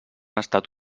estat